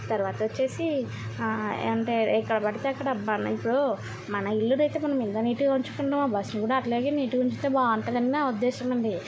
తర్వాతొచ్చేసి అంటే ఎక్కడపడితే అక్కడ అబ్బా ఆ ఇప్పుడూ మన ఇల్లునైతే మనం ఎంత నీట్గా ఉంచుకుంటామో బస్ని కూడా అట్లాగే నీట్గ ఉంచితే బాగుంటుందని నా ఉద్దేశ్యమండి